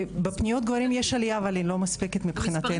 בפניות גברים יש עלייה אבל היא לא מספקת מבחינתנו.